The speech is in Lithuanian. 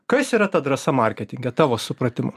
kas yra ta drąsa marketinge tavo supratimu